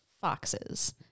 foxes